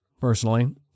personally